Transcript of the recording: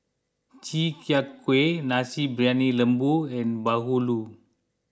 Chi Kak Kuih Nasi Briyani Lembu and Bahulu